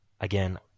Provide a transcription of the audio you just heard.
again